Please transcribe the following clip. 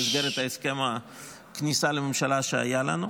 במסגרת הסכם הכניסה לממשלה שהיה לנו,